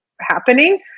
happening